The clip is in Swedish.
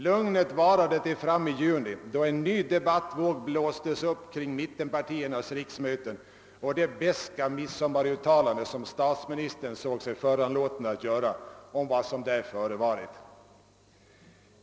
Lugnet varade till i juni, då en ny debattvåg blåstes upp kring mittenpartiernas riksmöten och statsministern såg sig föranlåten att vid midsommartid göra ett beskt uttalande om vad som där förevarit.